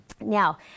Now